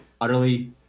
utterly